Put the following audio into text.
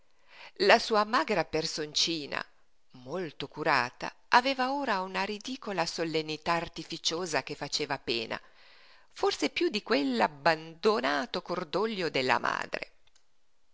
la sua magra personcina molto curata aveva ora una ridicola solennità artificiosa che faceva pena forse piú di quell'abbandonato cordoglio della madre